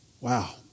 Wow